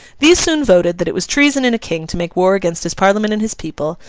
these soon voted that it was treason in a king to make war against his parliament and his people,